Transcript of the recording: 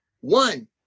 One